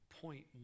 point